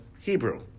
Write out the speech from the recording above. Hebrew